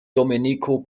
domenico